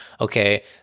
Okay